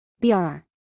BRR